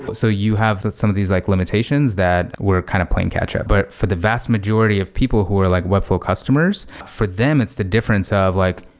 but so you have some of these like limitations that we're kind of playing catch-up. but for the vast majority of people who are like webflow customers, for them it's the difference of like,